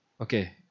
Okay